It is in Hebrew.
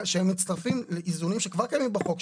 מה גם שהם מצטרפים לאיזונים שכבר קיימים בחוק,